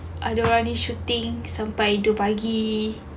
ada orang shooting sampai dua pagi